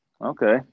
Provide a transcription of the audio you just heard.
Okay